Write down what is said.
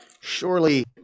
Surely